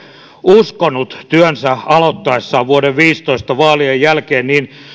uskoi työnsä aloittaessaan vuoden kaksituhattaviisitoista vaalien jälkeen niin